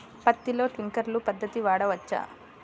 పత్తిలో ట్వింక్లర్ పద్ధతి వాడవచ్చా?